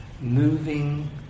moving